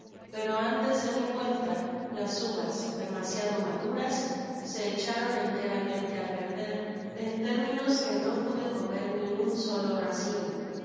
pero antes de mi vuelta las uvas demasiado maduras se echaron enteramente á perder en términos que no pude comer ni un solo racimo